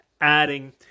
adding